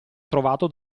trovato